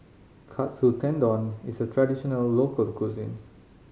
Katsu Tendon is a traditional local cuisine